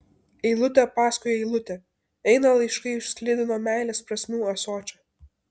eilutė paskui eilutę eina laiškai iš sklidino meilės prasmių ąsočio